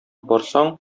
барсаң